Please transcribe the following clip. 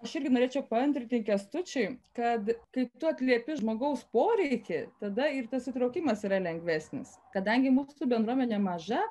aš irgi norėčiau paantrinti kęstučiui kad kai tu atliepi žmogaus poreikį tada ir tas įtraukimas yra lengvesnis kadangi mūsų bendruomenė maža